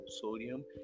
sodium